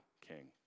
king